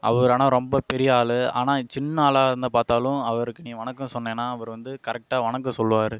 அவரு ஆனால் ரொம்ப பெரிய ஆளு ஆனால் சின்ன ஆளா இருந்தால் பார்த்தாலும் அவருக்கு நீ வணக்கம் சொன்னேன்னா அவரு வந்து கரெக்டாக வணக்கம் சொல்லுவார்